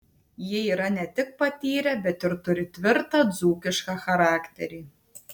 jie yra ne tik patyrę bet ir turi tvirtą dzūkišką charakterį